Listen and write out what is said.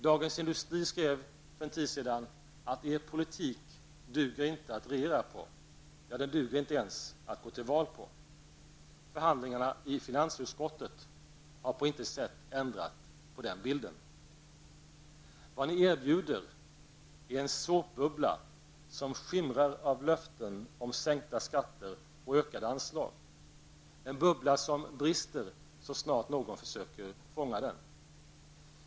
Dagens Industri skrev för en tid sedan att er politik inte duger att regera på, ja den duger inte ens att gå till val på. Förhandlingarna i finansutskottet har på intet sätt ändrat på den bilden. Vad ni erbjuder är en såpbubbla som skimrar av löften om sänkta skatter och ökade anslag, en bubbla som brister så snart någon försöker fånga den.